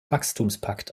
wachstumspakt